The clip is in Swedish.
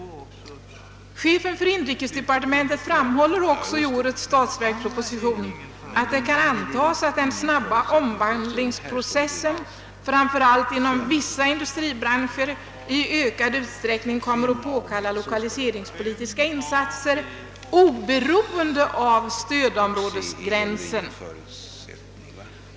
Chefen — för :inrikesdepartementet framhåller också i årets statsverksproposition att det kan antagas att den snabba omvandlingsprocessen, framför allt inom vissa industribranscher, i ökad utsträckning kommer att påkalla lokaliseringspolitiska insatser oberoende av stödområdesgränsen.